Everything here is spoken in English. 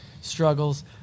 struggles